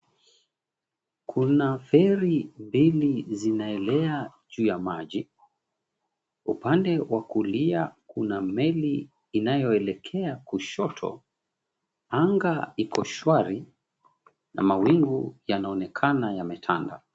Kuna feri mbili zinaelea juu ya maji. Upande wa kulia kuna meli inayoelekea kushoto. Anga iko shwari na mawingu yanaonekana yametanda.